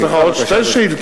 יש לך עוד שתי שאילתות.